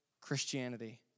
Christianity